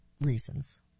reasons